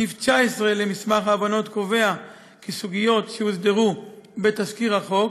סעיף 19 למסמך ההבנות קובע כי סוגיות שהוסדרו בתזכיר החוק,